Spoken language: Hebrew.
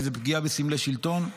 כי זו פגיעה בסמלי שלטון.